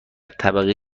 طبقه